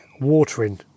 watering